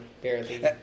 barely